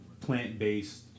plant-based